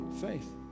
faith